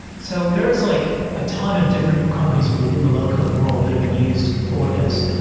so there's like a ton of different companies within the low code wor ld that have been used for this.